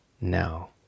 now